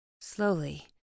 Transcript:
Slowly